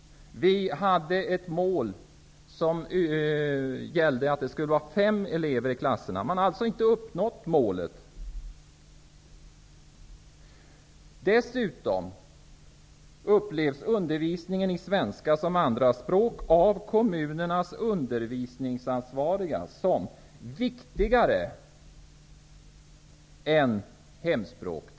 Vi hade ett mål att det skulle vara fem elever i klasserna. Målet har alltså inte uppnåtts. Undervisningen i svenska som andra språk upplevs dessutom av kommunernas undervisningsansvariga som viktigare än hemspråksundervisningen.